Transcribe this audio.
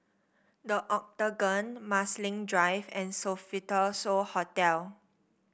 The Octagon Marsiling Drive and Sofitel So Hotel